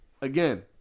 again